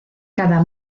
cada